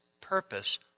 purpose